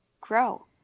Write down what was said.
grow